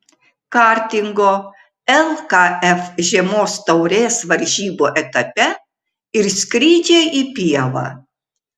kartingo lkf žiemos taurės varžybų etape ir skrydžiai į pievą